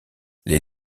les